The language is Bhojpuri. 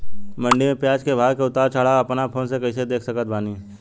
मंडी मे प्याज के भाव के उतार चढ़ाव अपना फोन से कइसे देख सकत बानी?